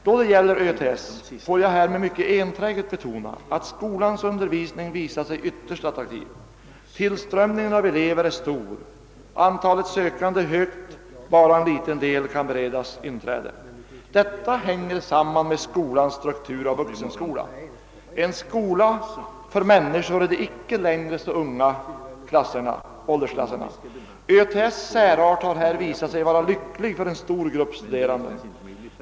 Då det gäller Örnsköldsviks tekniska skola vill jag mycket kraftigt betona att skolans undervisning visat sig ytterst attraktiv. Tillströmningen av elever är betydande — antalet sökande är stort och bara en liten del kan beredas inträde. Detta hänger samman med skolans struktur av vuxenskola — en skola för människor i de icke längre så unga åldrarna. Örnsköldsviks tekniska skolas särart har här visat sig vara lycklig för en stör grupp studerande.